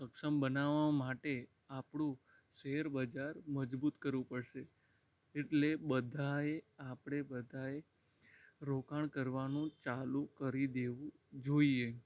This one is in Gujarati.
સક્ષમ બનાવવા માટે આપણું શેરબજાર મજબૂત કરવું પડશે એટલે બધાએ આપણે બધાએ રોકાણ કરવાનું ચાલું કરી દેવું જોઈએ